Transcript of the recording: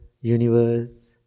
universe